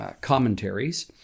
commentaries